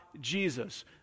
Jesus